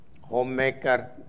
homemaker